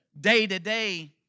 day-to-day